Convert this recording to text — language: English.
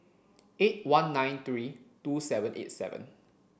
eight one nine three two seven eight seven